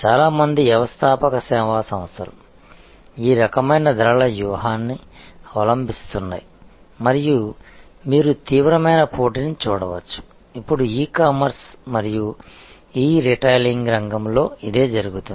చాలా మంది వ్యవస్థాపక సేవా సంస్థలు ఈ రకమైన ధరల వ్యూహాన్ని అవలంభిస్తున్నాయి మరియు మీరు తీవ్రమైన పోటీని చూడవచ్చు ఇప్పుడు ఇ కామర్స్ మరియు ఇ రిటైలింగ్ రంగంలో ఇదే జరుగుతోంది